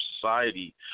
society